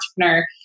entrepreneur